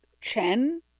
Chen